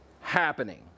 happening